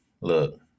look